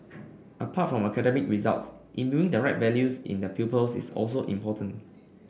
apart from academic results imbuing the right values in the pupils is also important